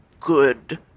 good